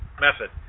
method